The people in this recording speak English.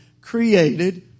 created